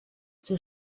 zur